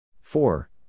Four